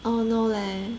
orh no leh